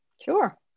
Sure